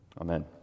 amen